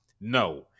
No